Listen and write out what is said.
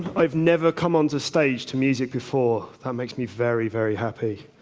i've never come on to stage to music before. that makes me very, very happy.